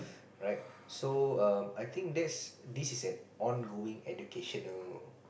right so err I think that's this is an ongoing educational